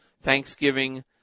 Thanksgiving